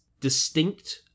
distinct